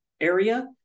area